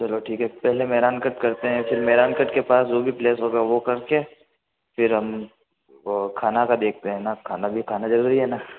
चलो ठीक है पहले मेहरानगढ़ करते हैं फ़िर मेहरानगढ़ के पास जो भी प्लेस होगा वो कर के फिर हम वो खाना का देखते हैं ना खाना भी ज़रूरी है ना